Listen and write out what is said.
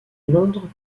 londres